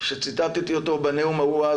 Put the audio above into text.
שציטטתי אותו בנאום ההוא אז